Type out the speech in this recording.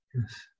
yes